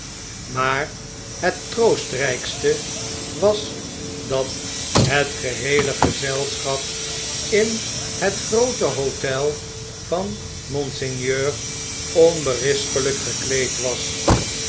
maar het troostrijkste was dat het geheele gezeischap in het groote hotel van monseigneur onberispelgk gekleed was